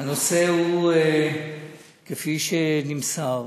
הנושא הוא כפי שנמסר,